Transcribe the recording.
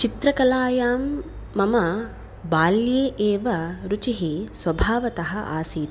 चित्रकलायां मम बाल्ये एव रुचिः स्वभावतः आसीत्